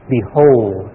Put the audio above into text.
Behold